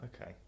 Okay